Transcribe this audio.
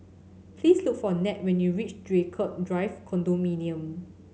please look for Ned when you reach Draycott Drive Condominium